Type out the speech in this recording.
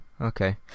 okay